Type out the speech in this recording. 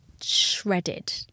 shredded